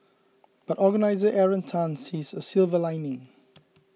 but organiser Aaron Tan sees a silver lining